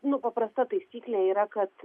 nu paprasta taisyklė yra kad